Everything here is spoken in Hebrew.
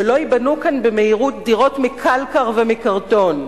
שלא ייבנו כאן במהירות דירות מקלקר ומקרטון?